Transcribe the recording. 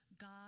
God